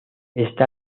esta